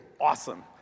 awesome